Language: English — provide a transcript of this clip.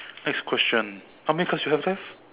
next question how many cards you have left